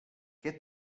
què